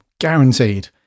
guaranteed